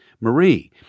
Marie